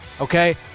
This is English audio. okay